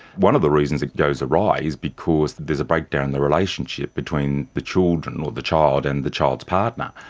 one of the reasons it goes awry is because there's a breakdown in the relationship between the children or the child and the child's partner.